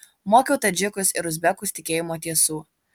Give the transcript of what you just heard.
mokiau tadžikus ir uzbekus tikėjimo tiesų